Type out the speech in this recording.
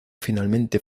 finalmente